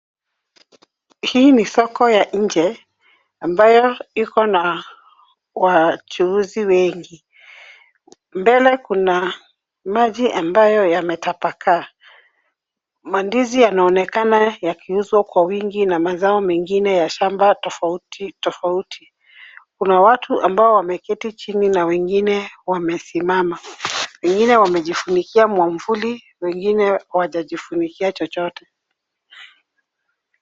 Hii ni soko ya nje ambayo iko na wachukuzi wengi. Mbele kuna maji ambayo yametapakaa . Ma ndizi yanaonekana yakiuzwa kwa wingi na mazao mengine ya shamba tofauti tofauti. Kuna watu ambao wameketi chini na wengine wamesimama , wengine wamejifunikia mwavuli, wengine hawajajivunikia chochote.